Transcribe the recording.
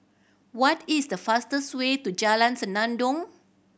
what is the fastest way to Jalan Senandong